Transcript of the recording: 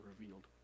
revealed